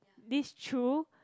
this Chu